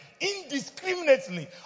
indiscriminately